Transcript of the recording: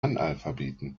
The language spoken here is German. analphabeten